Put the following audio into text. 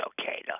okay